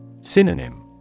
Synonym